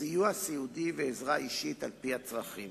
סיוע סיעודי ועזרה אישית על-פי הצרכים,